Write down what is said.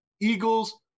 Eagles